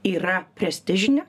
yra prestižinė